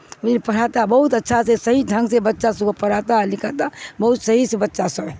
پڑھاتا ہے بہت اچھا سے صحیح ڈھنگ سے بچہ سب کو پڑھاتا ہے لکھاتا بہت صحیح سے بچہ سب ہے